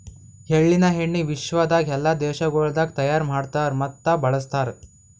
ಎಳ್ಳಿನ ಎಣ್ಣಿ ವಿಶ್ವದಾಗ್ ಎಲ್ಲಾ ದೇಶಗೊಳ್ದಾಗ್ ತೈಯಾರ್ ಮಾಡ್ತಾರ್ ಮತ್ತ ಬಳ್ಸತಾರ್